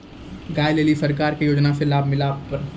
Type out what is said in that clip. गाय ले ली सरकार के योजना से लाभ मिला पर?